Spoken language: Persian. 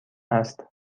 است